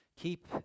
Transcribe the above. Keep